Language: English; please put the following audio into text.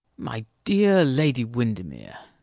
my dear lady windermere!